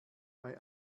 bei